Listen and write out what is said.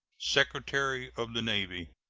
secretary of the navy.